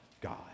God